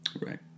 Right